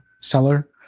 seller